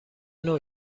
نوع